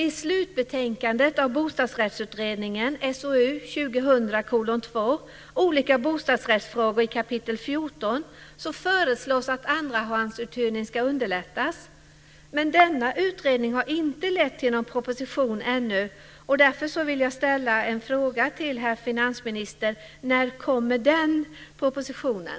I slutbetänkandet av Bostadsrättsutredningen Olika bostadsrättsfrågor föreslås i kapitel 14 att andrahandsuthyrning ska underlättas. Denna utredning har inte lett till någon proposition ännu. Därför vill jag ställa en fråga till herr finansministern: När kommer den propositionen?